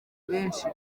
benshi